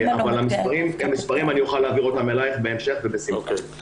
את המספרים אוכל להעביר אליך בהמשך ובשמחה.